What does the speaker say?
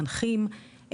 מנחים,